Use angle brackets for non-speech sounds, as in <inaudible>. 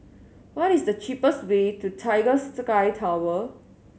what is the cheapest way to Tiger <unintelligible> Sky Tower